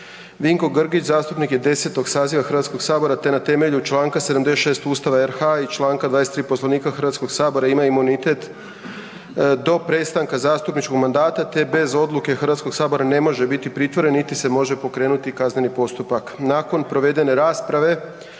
Darko Puljašić, zastupnik je 10. saziva HS-a te na temelju čl. 76 Ustava RH i čl. 23. Poslovnika HS-a ima imunitet do prestanka zastupničkog mandata te bez odluke HS-a ne može biti pritvoren niti se može pokrenuti kazneni postupak. Nakon provedene rasprave